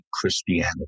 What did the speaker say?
Christianity